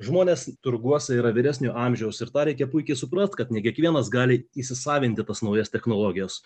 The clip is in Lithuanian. žmonės turguose yra vyresnio amžiaus ir tą reikia puikiai suprast kad ne kiekvienas gali įsisavinti tas naujas technologijas